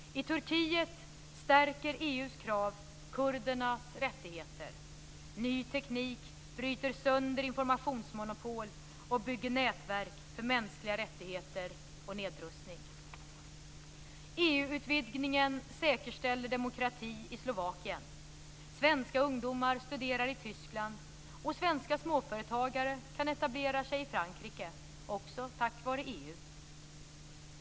I Turkiet stärker EU:s krav kurdernas rättigheter. Ny teknik bryter sönder informationsmonopol och bygger nätverk för mänskliga rättigheter och nedrustning. EU-utvidgningen säkerställer demokrati i Slovakien. Svenska ungdomar studerar i Tyskland, och svenska småföretagare kan etablera sig i Frankrike - också tack vare EU.